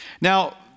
Now